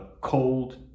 cold